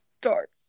dark